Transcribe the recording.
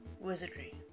wizardry